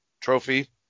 trophy